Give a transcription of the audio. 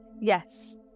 Yes